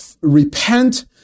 repent